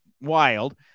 wild